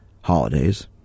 holidays